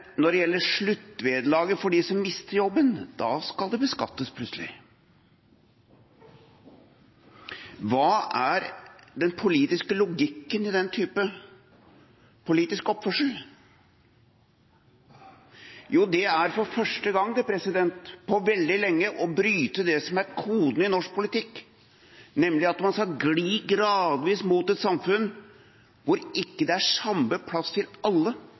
når det gjelder sluttvederlaget for dem som mister jobben, skal det plutselig beskattes. Hva er den politiske logikken i den type politisk oppførsel? For første gang på veldig lenge bryter man det som er koden i norsk politikk, og glir gradvis mot et samfunn hvor det ikke er samme plass til alle.